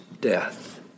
death